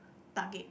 target